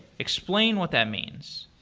explain what that means.